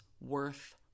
worth